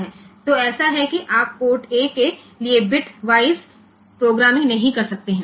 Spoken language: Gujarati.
તેથી આ એટલા માટે હોય છે કે આપણે પોર્ટ A માટે બીટ વાઈસ પ્રોગ્રામિંગ કરી શકતા નથી